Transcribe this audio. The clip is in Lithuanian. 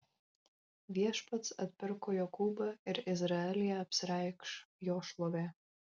viešpats atpirko jokūbą ir izraelyje apsireikš jo šlovė